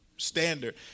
standard